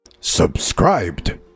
Subscribed